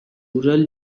rural